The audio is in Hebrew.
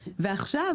ועכשיו,